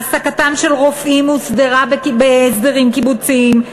העסקתם של רופאים הוסדרה בהסדרים קיבוציים,